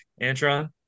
Antron